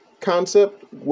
concept